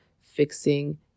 fixing